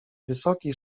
wysoki